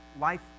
life